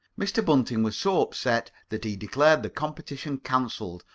mr. bunting was so upset that he declared the competition cancelled,